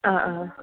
അ അ ആ